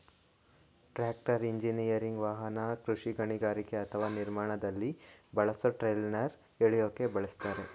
tractor engineering ವಾಹನ ಕೃಷಿ ಗಣಿಗಾರಿಕೆ ಅಥವಾ ನಿರ್ಮಾಣದಲ್ಲಿ ಬಳಸೊ ಟ್ರೈಲರ್ನ ಎಳ್ಯೋಕೆ ಬಳುಸ್ತರೆ